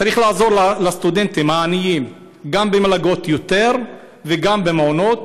צריך לעזור יותר לסטודנטים העניים גם במלגות וגם במעונות,